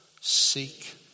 seek